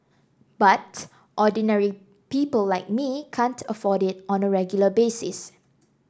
but ordinary people like me can't afford it on a regular basis